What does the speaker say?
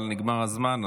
אבל נגמר הזמן,